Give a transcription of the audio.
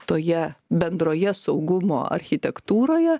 toje bendroje saugumo architektūroje